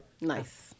nice